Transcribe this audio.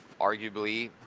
arguably